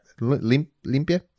Limpia